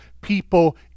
people